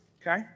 Okay